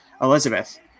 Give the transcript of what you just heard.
Elizabeth